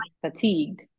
fatigued